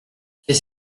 qu’est